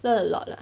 learn a lot lah